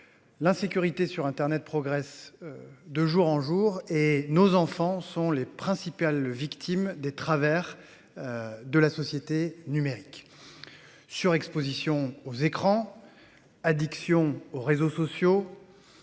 L'insécurité sur Internet progresse de jour en jour et nos enfants sont les principales victimes des travers. De la société numérique. Surexposition aux écrans. Addiction aux réseaux sociaux.